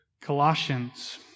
Colossians